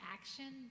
action